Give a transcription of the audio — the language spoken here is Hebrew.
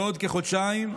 בעוד כחודשיים.